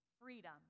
freedom